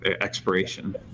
expiration